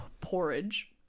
porridge